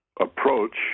approach